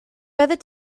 byddet